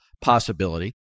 possibility